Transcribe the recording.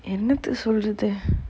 என்னத்த சொல்றது:ennatha solrathu